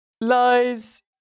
lies